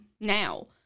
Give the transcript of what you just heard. now